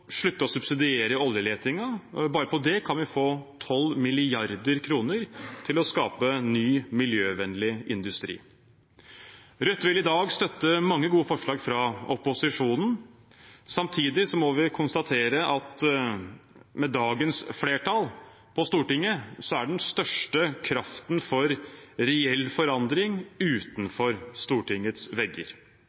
slutte å subsidiere oljeletingen. Bare gjennom det kan vi få 12 mrd. kr til å skape ny, miljøvennlig industri. Rødt vil i dag støtte mange gode forslag fra opposisjonen. Samtidig må vi konstatere at med dagens flertall på Stortinget er den største kraften for reell forandring utenfor Stortingets vegger.